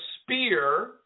spear